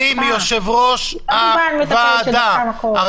היא לא דיברה על מטפלת שנתנה מכות --- תודה רבה,